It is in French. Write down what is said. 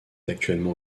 actuellement